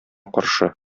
каршы